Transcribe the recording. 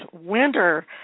Winter